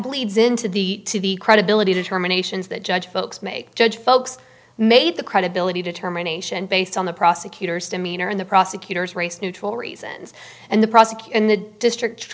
bleeds into the to the credibility determinations that judge folks make judge folks made the credibility determination based on the prosecutor's demeanor in the prosecutor's race neutral reasons and the prosecutor in the district